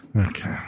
Okay